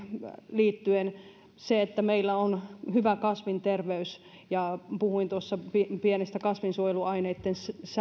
liittyen meillä on hyvä kasvinterveys puhuin tuossa pienestä kasvinsuojeluaineitten